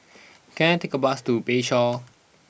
can I take a bus to Bayshore